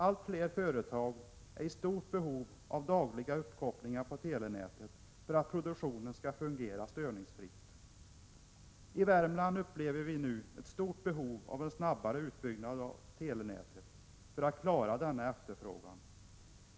Allt fler företag är i stort behov av dagliga uppkopplingar på telenätet för att produktionen skall fungera störningsfritt. I Värmland upplever vi nu ett stort behov av en snabbare utbyggnad av telenätet för att klara denna efterfrågan.